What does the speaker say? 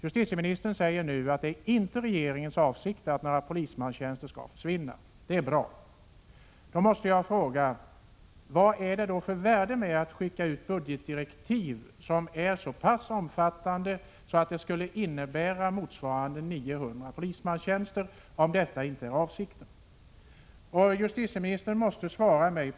Justitieministern säger att det inte är regeringens avsikt att några polismanstjänster skall försvinna. Det är bra. Men då måste jag fråga: Vad är det för värde med att skicka ut budgetdirektiv som skulle innebära ett försvinnande av 900 polistjänster om detta inte är avsikten?